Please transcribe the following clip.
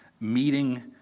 meeting